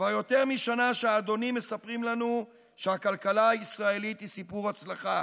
כבר יותר משנה שהאדונים מספרים לנו שהכלכלה הישראלית היא סיפור הצלחה